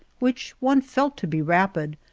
which one felt to be rapid,